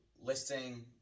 listing